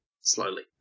slowly